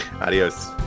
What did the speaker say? Adios